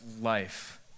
life